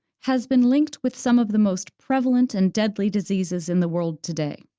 has been linked with some of the most prevalent and deadly diseases in the world today,